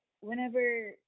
whenever